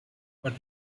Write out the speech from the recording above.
but